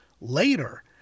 Later